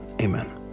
amen